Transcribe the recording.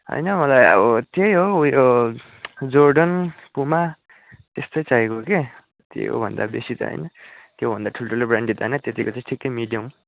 होइन मलाई अब त्यहीँ हो ऊ यो जोर्डन पुमा त्यस्तै चाहिएको कि त्योभन्दा बेसी त होइन त्योभन्दा ठुल्ठुलो ब्रान्डेड होइन त्यतिको चाहिँ ठिक्कै मिडियम